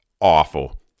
awful